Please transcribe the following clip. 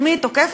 את מי היא תוקפת?